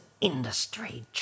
industry